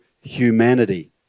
humanity